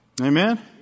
Amen